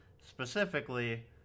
Specifically